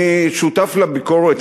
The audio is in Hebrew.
אני שותף לביקורת,